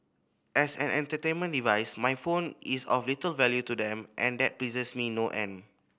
as an entertainment device my phone is of little value to them and that pleases me no end